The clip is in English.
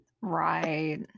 Right